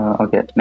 okay